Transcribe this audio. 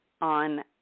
on